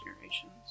generations